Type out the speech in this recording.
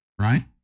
right